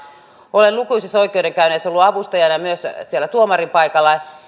olen lukuisissa oikeudenkäynneissä ollut avustajana myös siellä tuomarin paikalla ja